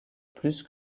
plus